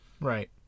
Right